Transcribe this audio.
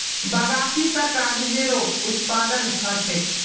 बगासी स कागजेरो उत्पादन ह छेक